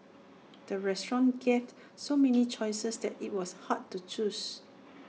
the restaurant gave so many choices that IT was hard to choose